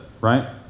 right